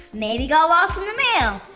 maybe got lost in the mail?